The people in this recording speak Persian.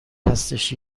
هستش